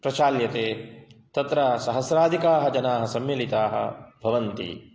प्रचाल्यते तत्र सहस्राधिकाः जनाः सम्मिलिताः भवन्ति